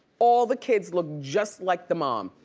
all the kids look just like the mom.